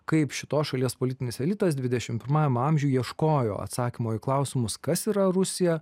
kaip šitos šalies politinis elitas dvidešimt pirmajam amžiuj ieškojo atsakymo į klausimus kas yra rusija